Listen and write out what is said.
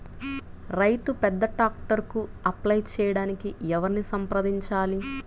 రైతు పెద్ద ట్రాక్టర్కు అప్లై చేయడానికి ఎవరిని సంప్రదించాలి?